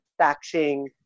taxing